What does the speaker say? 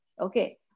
okay